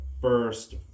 first